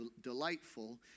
delightful